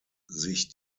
sich